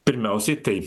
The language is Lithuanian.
pirmiausiai tai